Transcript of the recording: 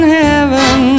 heaven